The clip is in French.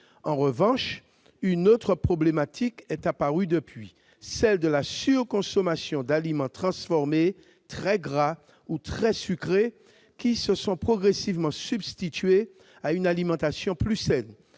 En revanche, une autre problématique est apparue : la surconsommation d'aliments transformés très gras ou très sucrés, qui se sont progressivement substitués à une alimentation plus saine.